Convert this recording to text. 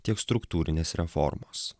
tiek struktūrinės reformos